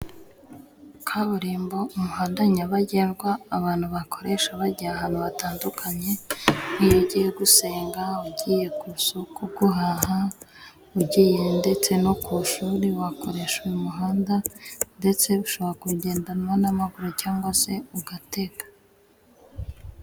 Kaburimbo umuhanda nyabagendwa abantu bakoresha bagiye ahantu hatandukanye, nk'iyo ugiye gusenga, ugiye ku isoko guhaha, ugiye ndetse no ku shuri, wakoresha uyu muhanda ndetse ushobora kuwugendamo n'amaguru cyangwa se ugatega.